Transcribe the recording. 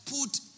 put